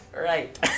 Right